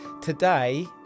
Today